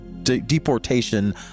deportation